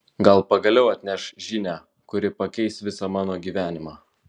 gal pagaliau atneš žinią kuri pakeis visą mano gyvenimą